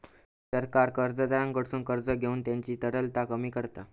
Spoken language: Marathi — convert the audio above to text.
सरकार कर्जदाराकडसून कर्ज घेऊन त्यांची तरलता कमी करता